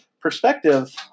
perspective